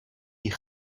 die